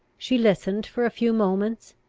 she listened for a few moments,